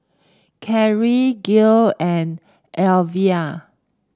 Carri Gayle and Elvia